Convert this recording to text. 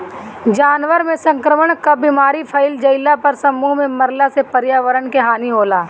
जानवरन में संक्रमण कअ बीमारी फइल जईला पर समूह में मरला से पर्यावरण के हानि होला